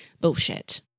bullshit